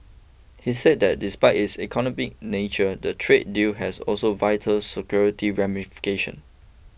he said that despite its economic nature the trade deal has also vital security ramifications